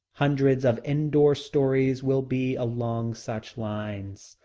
hundreds of indoor stories will be along such lines,